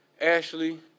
Ashley